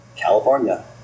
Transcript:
California